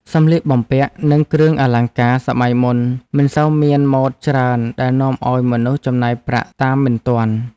សម្លៀកបំពាក់និងគ្រឿងអលង្ការសម័យមុនមិនសូវមានម៉ូដច្រើនដែលនាំឱ្យមនុស្សចំណាយប្រាក់តាមមិនទាន់។